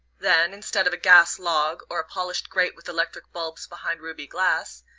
then, instead of a gas-log, or a polished grate with electric bulbs behind ruby glass,